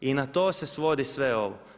I na to se svodi sve ovo.